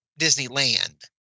Disneyland